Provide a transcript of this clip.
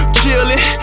chilling